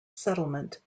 settlement